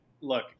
look